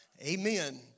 amen